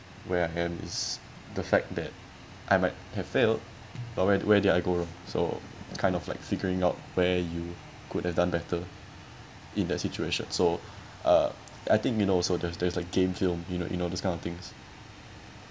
where I am is the fact that I might have failed but where where did I go wrong so kind of like figuring out where you could have done better in that situation so uh I think you know so there's there's like game film you know you know this kind of things